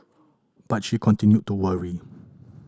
but she continued to worry